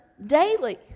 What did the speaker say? daily